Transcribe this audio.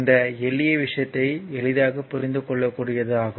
இந்த எளிய விஷயத்தை எளிதாக புரிந்துக் கொள்ளக்கூடியது ஆகும்